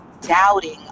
doubting